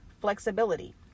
flexibility